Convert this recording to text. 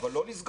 אבל לא לסגור.